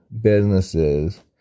businesses